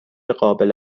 قابل